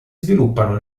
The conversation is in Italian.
sviluppano